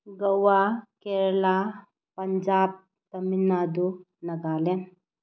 Goa Kerala Punjab Tamil Nadu Nagaland